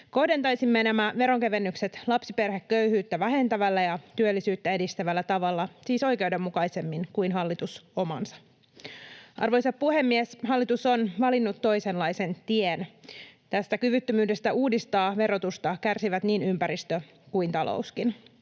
Kohdentaisimme nämä veronkevennykset lapsiperheköyhyyttä vähentävällä ja työllisyyttä edistävällä tavalla, siis oikeudenmukaisemmin kuin hallitus omansa. Arvoisa puhemies! Hallitus on valinnut toisenlaisen tien. Tästä kyvyttömyydestä uudistaa verotusta kärsivät niin ympäristö kuin talouskin.